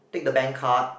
take the bank card